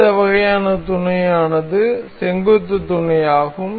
அடுத்த வகையான துணையானது செங்குத்துத் துணையாகும்